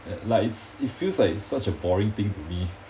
ya like it's it feels like it's such a boring thing to me